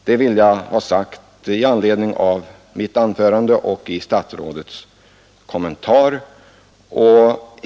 Det vill jag ha sagt med anledning av statsrådets kommentar till mitt anförande.